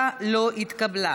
7 לא התקבלה.